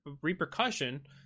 repercussion